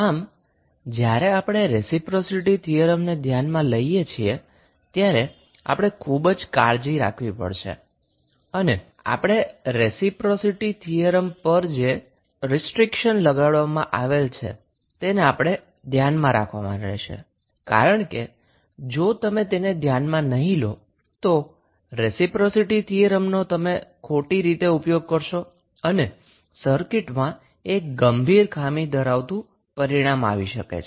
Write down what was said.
આમ જ્યારે આપણે રેસિપ્રોસિટી થીયરમને ધ્યાનમાં લઈએ છીએ ત્યારે આપણે ખૂબ કાળજી રાખવી પડશે અને આપણે રેસિપ્રોસિટી થીયરમ પર જે રીસ્ટ્ર્રીક્શન લગાડવામાં આવેલ છે તેને આપણે ધ્યાનમાં રાખવાના રહેશે કારણ કે જો તમે તેને ધ્યાનમાં નહી લો તો રેસિપ્રોસિટી થીયરમનો તમે ખોટી રીતે ઉપયોગ કરશો અને સર્કિટમાં એક ગંભીર ખામી ધરાવતું પરિણામ આવી શકે છે